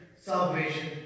salvation